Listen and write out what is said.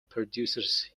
producers